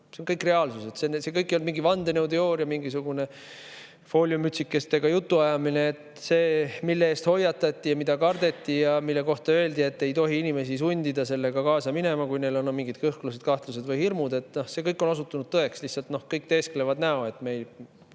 See kõik on reaalsus, see kõik ei ole mingi vandenõuteooria, mingisugune fooliummütsikestega jutuajamine. See, mille eest hoiatati, mida kardeti ja mille kohta öeldi, et ei tohi sundida inimesi sellega kaasa minema, kui neil on mingid kõhklused, kahtlused ja hirmud, see kõik on osutunud tõeks, lihtsalt kõik teesklevad, teevad